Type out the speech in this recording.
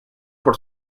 por